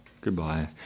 Goodbye